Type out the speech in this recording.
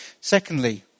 Secondly